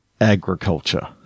Agriculture